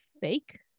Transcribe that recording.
fake